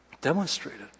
demonstrated